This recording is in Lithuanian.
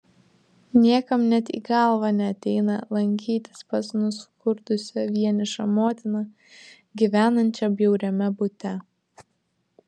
niekam net į galvą neateina lankytis pas nuskurdusią vienišą motiną gyvenančią bjauriame bute